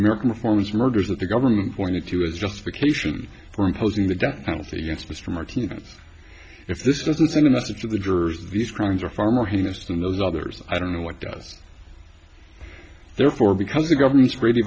american reforms murders that the government pointed to as justification for imposing the death penalty against mr martinez if this doesn't send a message to the jurors these crimes are far more heinous than those others i don't know what does therefore because the government's really